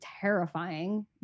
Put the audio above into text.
terrifying